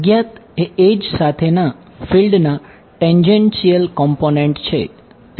અજ્ઞાત એ એડ્જ સાથેના ફિલ્ડના ટેન્જેનશીયલ કોમ્પોનન્ટ છે